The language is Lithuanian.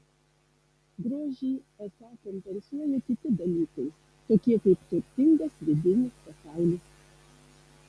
grožį esą kompensuoja kiti dalykai tokie kaip turtingas vidinis pasaulis